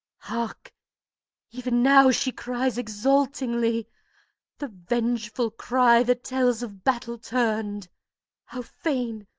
hark even now she cries exultingly the vengeful cry that tells of battle turned how fain,